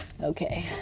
Okay